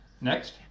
next